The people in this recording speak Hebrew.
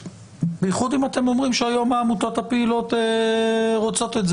בייחוד אם אתם אומרים שהיום העמותות הפעילות רוצות את זה.